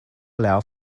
allow